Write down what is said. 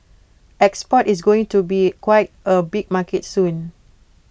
export is going to be quite A big market soon